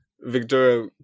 victoria